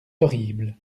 horrible